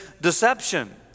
deception